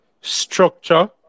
structure